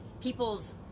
people's